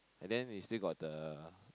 and then we still got the